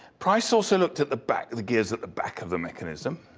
price also looked at the back of the gears at the back of the mechanism.